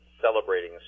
celebrating